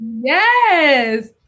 Yes